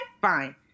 fine